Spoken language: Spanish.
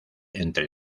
entre